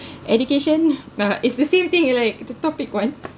education uh it's the same thing like the topic one